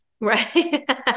right